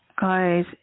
guys